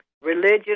religion